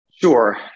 Sure